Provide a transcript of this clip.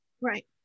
Right